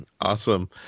Awesome